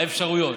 האפשרויות: